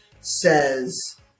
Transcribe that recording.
says